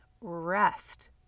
rest